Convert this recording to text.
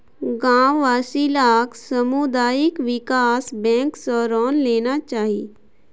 गांव वासि लाक सामुदायिक विकास बैंक स ऋण लेना चाहिए